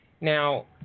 Now